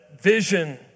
vision